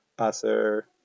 Aser